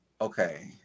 okay